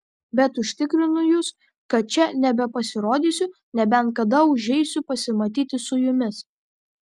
bet užtikrinu jus kad čia nebepasirodysiu nebent kada užeičiau pasimatyti su jumis